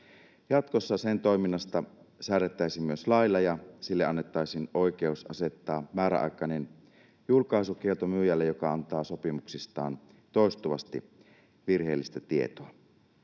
Jatkossa sen toiminnasta säädettäisiin myös lailla ja sille annettaisiin oikeus asettaa määräaikainen julkaisukielto myyjälle, joka antaa sopimuksistaan toistuvasti virheellistä tietoa.